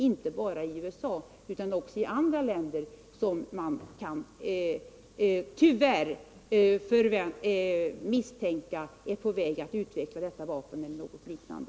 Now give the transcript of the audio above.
inte bara i USA utan också i andra länder som man tyvärr kan misstänka är på väg att utveckla detta vapen eller något liknande.